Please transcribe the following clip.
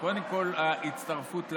קודם כול ההצטרפות לעם.